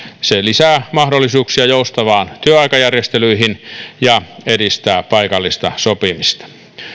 se lisää mahdollisuuksia joustaviin työaikajärjestelyihin ja edistää paikallista sopimista